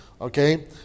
okay